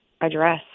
address